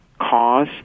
Cause